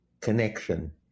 connection